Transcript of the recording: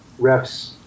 refs